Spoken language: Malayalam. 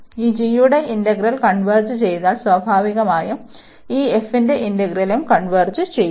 ഈ g യുടെ ഇന്റഗ്രൽ കൺവെർജ് ചെയ്താൽ സ്വാഭാവികമായും ഈ f ന്റെ ഇന്റഗ്രലും കൺവെർജ് ചെയ്യുo